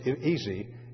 easy